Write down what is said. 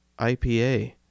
IPA